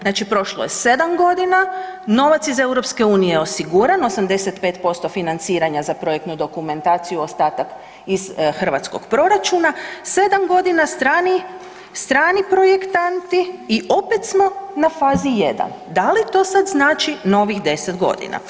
Znači prošlo je 7 godina, novac iz EU je osiguran 85% financiranja za projektnu dokumentaciju ostatak iz hrvatskog proračuna, 7 godina strani, strani projektanti i opet smo na fazi 1. Da li to sad znači novih 10 godina?